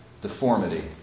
deformity